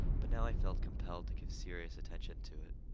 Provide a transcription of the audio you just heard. but now he felt compelled to give serious attention to it.